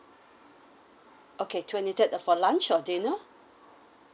okay twenty third for lunch or dinner